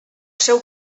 seu